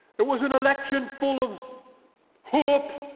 it was an election full of hope,